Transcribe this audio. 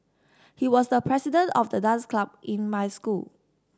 he was the president of the dance club in my school